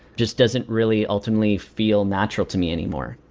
just doesn't really ultimately feel natural to me anymore.